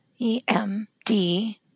EMD